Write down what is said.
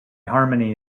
harmony